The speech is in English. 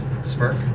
Smirk